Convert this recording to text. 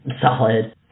solid